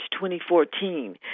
2014